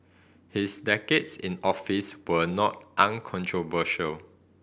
his decades in office were not uncontroversial